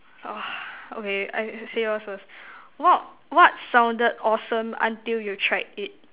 oh okay I I say yours first what what sounded awesome until you tried it